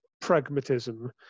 pragmatism